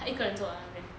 他一个人做那边